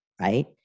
right